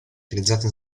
utilizzate